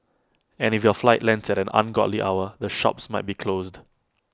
and if your flight lands at an ungodly hour the shops might be closed